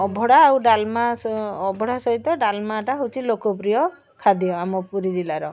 ଅବଢ଼ା ଆଉ ଡାଲମା ଅବଢ଼ା ସହିତ ଡାଲମାଟା ହେଉଛି ଲୋକପ୍ରିୟ ଖାଦ୍ୟ ଆମ ପୁରୀ ଜିଲ୍ଲାର